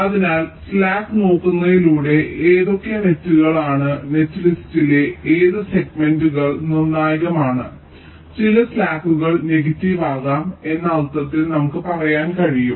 അതിനാൽ സ്ലാക്ക് നോക്കുന്നതിലൂടെ ഏതൊക്കെ നെറ്റ്കളാണ് നെറ്റ് ലിസ്റ്റിലെ ഏത് സെഗ്മെന്റുകൾ നിർണായകമാണ് ചില സ്ലാക്കുകൾ നെഗറ്റീവ് ആകാം എന്ന അർത്ഥത്തിൽ നമുക്ക് പറയാൻ കഴിയും